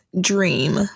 dream